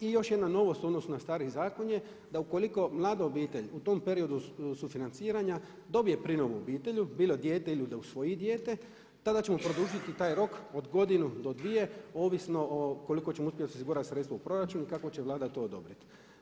I još jedna novost u odnosu na stari zakon je da ukoliko mlada obitelji u tom periodu sufinanciranja dobije prinovu u obitelji bilo dijete ili da usvoji dijete tada ćemo produžiti taj rok od godinu do dvije ovisno koliko ćemo uspjeti osigurati sredstava u proračunu i kako će Vlada to odobrit.